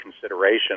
consideration